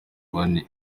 bane